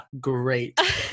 Great